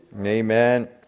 Amen